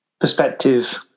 perspective